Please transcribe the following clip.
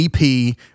EP